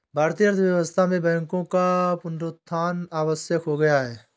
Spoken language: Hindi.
भारतीय अर्थव्यवस्था में बैंकों का पुनरुत्थान आवश्यक हो गया है